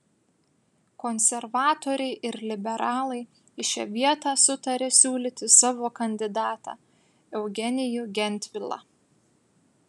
konservatoriai ir liberalai į šią vietą sutarė siūlyti savo kandidatą eugenijų gentvilą